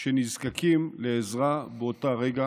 שנזקקים לעזרה באותו רגע,